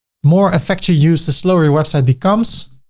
more effects you use, the slower your website becomes.